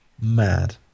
Mad